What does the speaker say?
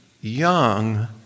young